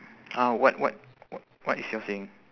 uh what what w~ what is your saying